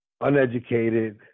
uneducated